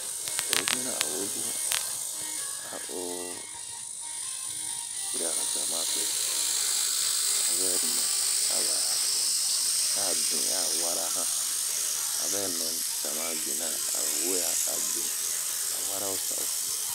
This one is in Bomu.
Oyi mina a o vebun, aoh piria han cama so avɛ nɛɛ aba bin a warahan avɛ nɛ jcamabin na a ho bin awara o sa'oo.